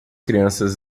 crianças